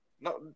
No